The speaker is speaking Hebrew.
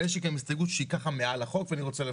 אבל יש לי גם הסתייגות שהיא ככה מעל החוק ואני רוצה לפרט.